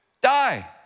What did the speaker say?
die